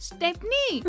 Stepney